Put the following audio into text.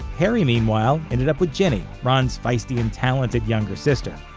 harry, meanwhile, ended up with ginny, ron's feisty and talented younger sister.